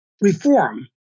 reform